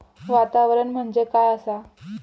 वातावरण म्हणजे काय असा?